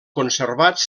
conservats